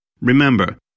Remember